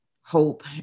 hope